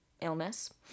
illness